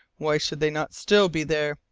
why should they not still be there,